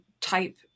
type